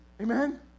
Amen